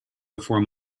before